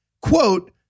quote